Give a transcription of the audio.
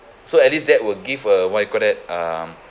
so at least that will give a what do you call that um